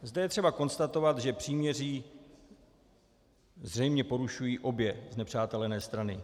Zde je třeba konstatovat, že příměří zřejmě porušují obě znepřátelené strany.